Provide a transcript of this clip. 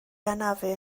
anafu